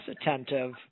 attentive